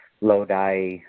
Lodi